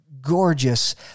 gorgeous